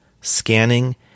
scanning